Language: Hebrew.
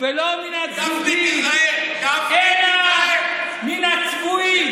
ולא מן מהצדוקים אלא מן הצבועים,